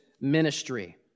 ministry